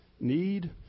Need